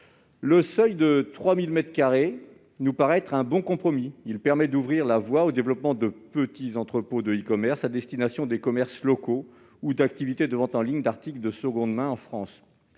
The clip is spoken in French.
Le seuil de 3 000 mètres carrés nous paraît constituer un bon compromis : il permet d'ouvrir la voie au développement de petits entrepôts de e-commerce à destination des commerces locaux ou d'activités de vente en ligne d'articles de seconde main en France.